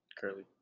Curly